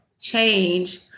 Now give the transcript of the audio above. change